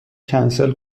کنسل